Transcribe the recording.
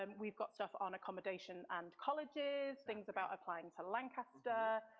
um we've got stuff on acamdation and colleges, things about applying to lancaster.